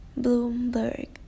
Bloomberg